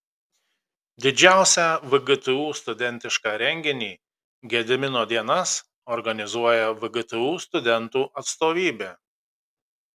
didžiausią vgtu studentišką renginį gedimino dienas organizuoja vgtu studentų atstovybė